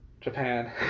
Japan